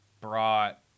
brought